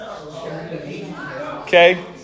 Okay